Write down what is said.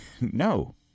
No